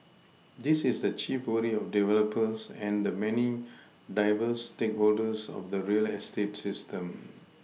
this is the chief worry of developers and the many diverse stakeholders of the real estate ecosystem